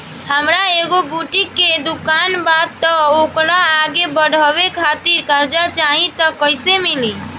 हमार एगो बुटीक के दुकानबा त ओकरा आगे बढ़वे खातिर कर्जा चाहि त कइसे मिली?